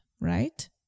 right